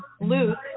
Luke